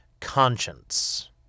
conscience